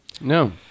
No